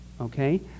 Okay